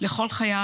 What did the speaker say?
לכל חייל,